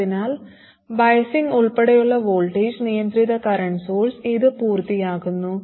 അതിനാൽ ബയാസിംഗ് ഉൾപ്പെടെയുള്ള വോൾട്ടേജ് നിയന്ത്രിത കറന്റ് സോഴ്സ് ഇത് പൂർത്തിയാക്കുന്നു